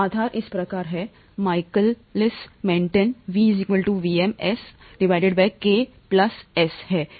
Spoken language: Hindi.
आधार इस प्रकार हैमाइकलिस Menten V VmS Km S है